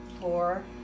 four